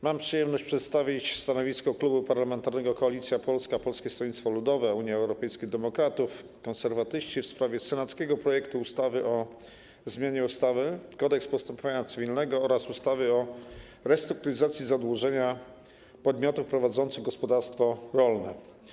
Mam przyjemność przedstawić stanowisko Klubu Parlamentarnego Koalicja Polska - Polskie Stronnictwo Ludowe, Unia Europejskich Demokratów, Konserwatyści w sprawie senackiego projektu ustawy o zmianie ustawy - Kodeks postępowania cywilnego oraz ustawy o restrukturyzacji zadłużenia podmiotów prowadzących gospodarstwa rolne.